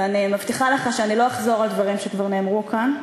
ואני מבטיחה לך שאני לא אחזור על דברים שכבר נאמרו כאן.